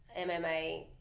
MMA